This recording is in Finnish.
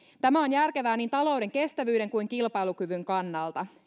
tämä on järkevää niin talouden kestävyyden kuin kilpailukyvyn kannalta